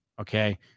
Okay